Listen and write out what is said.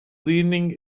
leaning